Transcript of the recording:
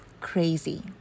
crazy